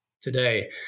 today